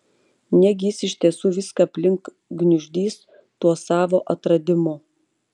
negi jis iš tiesų viską aplink gniuždys tuo savo atradimu